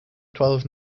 twelve